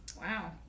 Wow